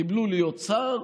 קיבלו להיות שר,